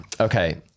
Okay